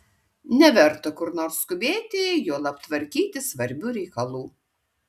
neverta kur nors skubėti juolab tvarkyti svarbių reikalų